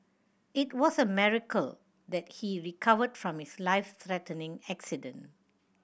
it was a miracle that he recovered from his life threatening accident